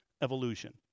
evolution